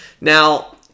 Now